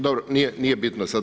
Dobro, nije bitno sad.